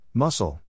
Muscle